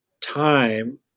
time